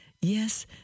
Yes